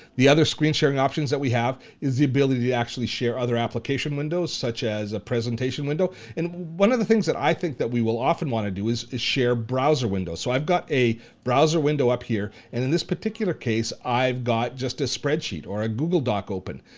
the other screen-sharing options that we have is the ability to actually share other application windows, such as a presentation window. and one of the things that i think that we will often wanna do is is share browser windows. so, i've got a browser window up here, and in this particular case, i've got just a spreadsheet or a google doc open.